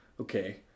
okay